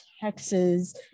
texas